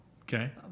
Okay